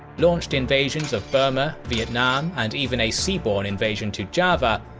launched invasions of burma, vietnam and even a seaborne invasion to java,